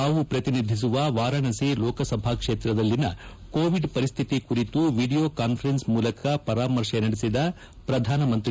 ತಾವು ಪ್ರತಿನಿಧಿಸುವ ವಾರಾಣಸಿ ಲೋಕಸಭಾ ಕ್ಷೇತ್ರದಲ್ಲಿನ ಕೋವಿಡ್ ಪರಿಸ್ಥಿತಿ ಕುರಿತು ವಿಡಿಯೋ ಕಾಸ್ಪರೆನ್ಸ್ ಮೂಲಕ ಪರಾಮರ್ಶೆ ನಡೆಸಿದ ಪ್ರಧಾನಮಂತ್ರಿ